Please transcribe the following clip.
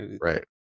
Right